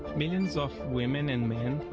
millions of women and men,